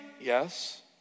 yes